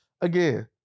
again